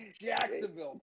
Jacksonville